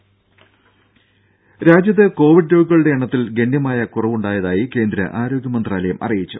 ദേദ രാജ്യത്ത് കോവിഡ് രോഗികളുടെ എണ്ണത്തിൽ ഗണ്യമായ കുറവുണ്ടായതായി കേന്ദ്ര ആരോഗ്യ മന്ത്രാലയം അറിയിച്ചു